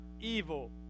evil